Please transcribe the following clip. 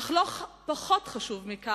אך לא פחות חשוב מכך